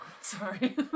Sorry